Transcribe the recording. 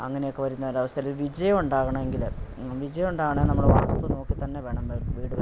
അങ്ങനെയൊക്കെ വരുന്ന ഒരു അവസ്ഥയിൽ വിജയം ഉണ്ടാകണമെങ്കിൽ വിജയം ഉണ്ടാകണേൽ നമ്മൾ വാസ്തു നോക്കിത്തന്നെവേണം വീട് വയ്ക്കാൻ